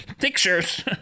pictures